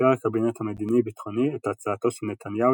אישר הקבינט המדיני ביטחוני את הצעתו של נתניהו